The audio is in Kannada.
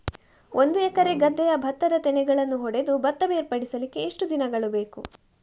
ಒಂದು ಎಕರೆ ಗದ್ದೆಯ ಭತ್ತದ ತೆನೆಗಳನ್ನು ಹೊಡೆದು ಭತ್ತ ಬೇರ್ಪಡಿಸಲಿಕ್ಕೆ ಎಷ್ಟು ದಿನಗಳು ಬೇಕು?